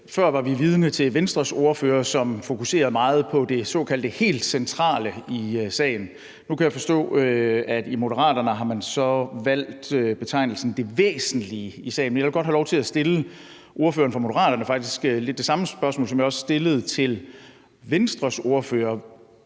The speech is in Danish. Før var vi vidne til Venstres ordfører, som fokuserede meget på det såkaldt helt centrale i sagen. Nu kan jeg forstå, at i Moderaterne har man så valgt betegnelsen det væsentlige i sagen. Men jeg vil godt have lov til at stille ordføreren for Moderaterne lidt det samme spørgsmål, som jeg også stillede til Venstres ordfører,